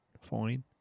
fine